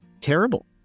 terrible